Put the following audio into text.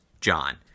John